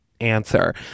answer